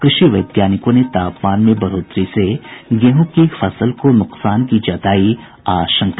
कृषि वैज्ञानिकों ने तापमान में बढ़ोतरी से गेहूं की फसल को नुकसान की जतायी आशंका